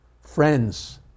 friends